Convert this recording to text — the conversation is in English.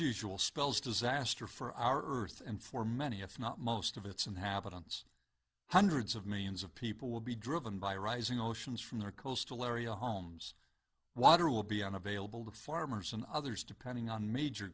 usual spells disaster for our earth and for many if not most of its inhabitants hundreds of millions of people will be driven by rising oceans from their coastal area homes water will be unavailable to farmers and others depending on major